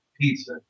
pizza